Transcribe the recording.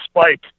Spike